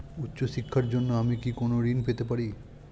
উচ্চশিক্ষার জন্য আমি কি কোনো ঋণ পেতে পারি?